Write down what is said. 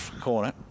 corner